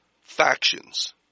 factions